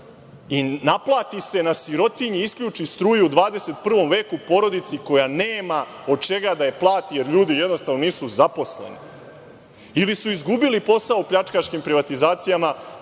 i naplati se na sirotinji, isključi struju u 21. veku porodici koja nema od čega da je plati, jer ljudi jednostavno nisu zaposleni ili su izgubili posao u pljačkaškim privatizacijama,